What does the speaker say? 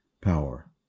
power